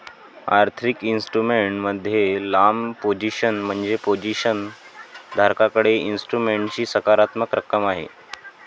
आर्थिक इन्स्ट्रुमेंट मध्ये लांब पोझिशन म्हणजे पोझिशन धारकाकडे इन्स्ट्रुमेंटची सकारात्मक रक्कम आहे